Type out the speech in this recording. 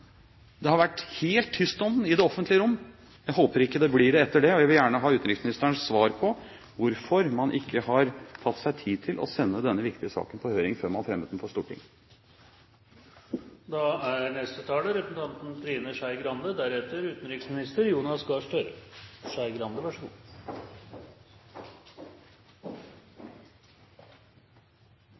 Det har vært helt tyst om den i det offentlige rom, og jeg håper det ikke blir det etter dette. Jeg vil gjerne ha utenriksministerens svar på hvorfor man ikke har tatt seg tid til å sende denne viktige saken på høring før man fremmet den for